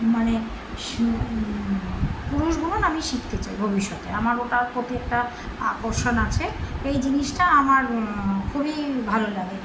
মানে কুরুষ বুনন আমি শিখতে চাই ভবিষ্যতে আমার ওটার প্রতি একটা আকর্ষণ আছে এই জিনিসটা আমার খুবই ভালো লাগে